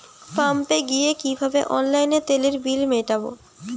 পাম্পে গিয়ে কিভাবে অনলাইনে তেলের বিল মিটাব?